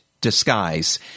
Disguise